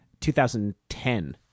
2010